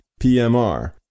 PMR